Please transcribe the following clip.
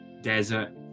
desert